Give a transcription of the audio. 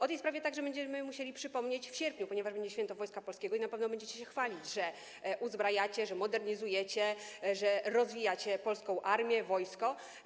O tej sprawie także będziemy musieli przypomnieć w sierpniu, ponieważ będzie Święto Wojska Polskiego i na pewno będziecie się chwalić, że uzbrajacie, że modernizujecie, że rozwijacie polską armię, wojsko.